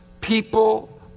people